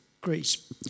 Greece